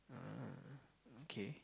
uh okay